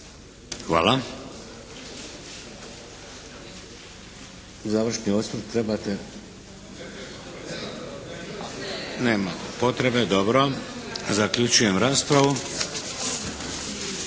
Hvala. Završni osvrt trebate? Nema potrebe. Dobro. Zaključujem raspravu.